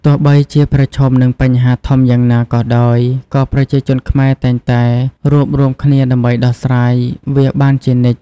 ទោះបីជាប្រឈមនឹងបញ្ហាធំយ៉ាងណាក៏ដោយ ក៏ប្រជាជនខ្មែរតែងតែរួបរួមគ្នាដើម្បីដោះស្រាយវាបានជានិច្ច។